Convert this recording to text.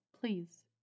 please